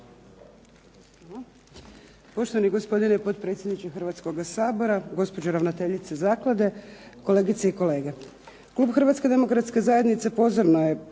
Poštovani gospodine potpredsjedniče Hrvatskoga sabora, gospođo ravnateljice zaklade, kolegice i kolege. Klub HDZ-a pozorno je